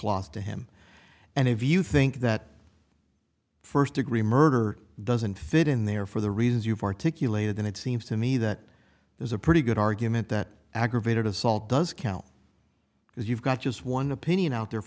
clos to him and if you think that first degree murder doesn't fit in there for the reasons you've articulated then it seems to me that there's a pretty good argument that aggravated assault does count because you've got just one opinion out there